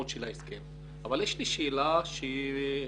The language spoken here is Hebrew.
אבל יש לי שאלה נוקבת: